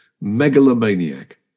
megalomaniac